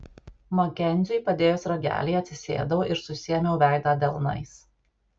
makenziui padėjus ragelį atsisėdau ir susiėmiau veidą delnais